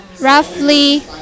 roughly